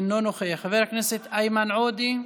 אינו נוכח, חבר הכנסת איימן עודה,